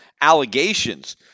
allegations